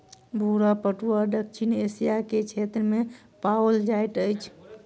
भूरा पटुआ दक्षिण एशिया के क्षेत्र में पाओल जाइत अछि